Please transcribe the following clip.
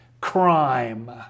crime